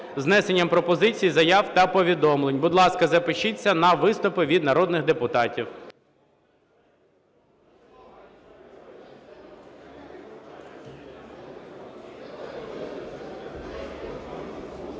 внесенням пропозицій, заяв та повідомлень. Будь ласка, запишіться на виступи від народних депутатів.